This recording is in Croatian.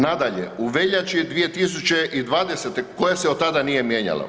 Nadalje, u veljači 2020. koja se od tada nije mijenjala.